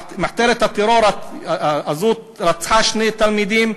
מחתרת הטרור הזאת רצחה שני תלמידים,